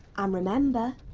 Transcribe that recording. um remember,